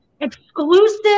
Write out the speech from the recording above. exclusive